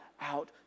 out